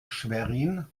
schwerin